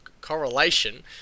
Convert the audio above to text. correlation